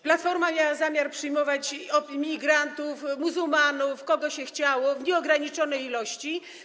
Platforma miała zamiar przyjmować migrantów, muzułmanów, kogo się chciało, w nieograniczonej ilości.